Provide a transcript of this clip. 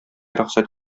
рөхсәт